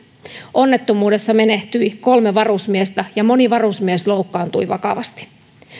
onnettomuudessa menehtyi kolme varusmiestä ja moni varusmies loukkaantui vakavasti